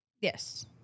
Yes